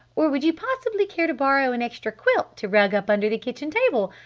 or would you possibly care to borrow an extra quilt to rug-up under the kitchen table.